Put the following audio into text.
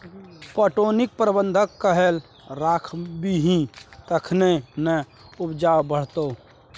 पटौनीक प्रबंधन कए राखबिही तखने ना उपजा बढ़ितौ